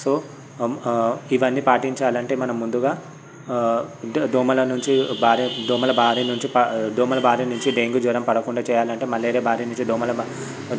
so ఇవన్నీ పాటించాలంటే మనం ముందుగా దోమల నుంచి భారీ దోమల భారీ నుంచి దోమల భారీ నుంచి డెంగ్యూ జ్వరం పడకుండా చేయాలంటే మలేరియా భారీ నుంచి దోమల భారి